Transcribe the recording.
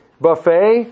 buffet